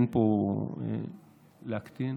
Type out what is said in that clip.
אין פה איך להקטין,